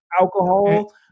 alcohol